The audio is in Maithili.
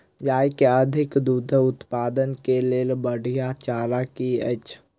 गाय केँ अधिक दुग्ध उत्पादन केँ लेल बढ़िया चारा की अछि?